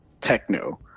techno